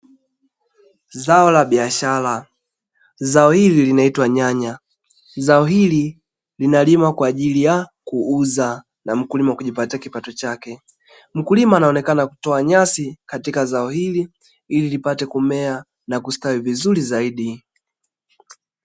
Zao la biashara. Zao hili linaitwa nyanya. Zao hili linalimwa kwa ajili ya kuuzwa na mkulima kupata kipato chake. Mkulima anaonekana kutoa nyasi katika zao hili ili lipate kumea na kustawi vizuri zaidi.